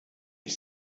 ich